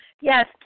Yes